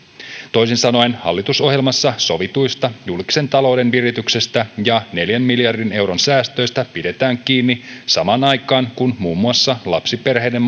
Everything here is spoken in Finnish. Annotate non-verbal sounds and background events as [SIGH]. toisin sanoen hallitusohjelmassa sovituista julkisen talouden virityksistä ja neljän miljardin euron säästöistä pidetään kiinni samaan aikaan kun muun muassa lapsiperheiden [UNINTELLIGIBLE]